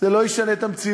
זה לא ישנה את המציאות,